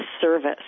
service